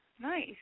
Nice